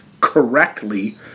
correctly